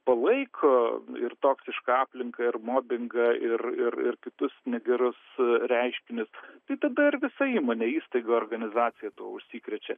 palaiko ir toksišką aplinką ir mobingą ir ir ir kitus negerus reiškinius tai tada ir visa įmonė įstaiga organizacija tuo užsikrečia